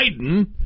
Biden